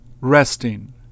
resting